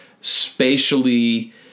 spatially